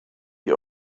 die